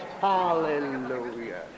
Hallelujah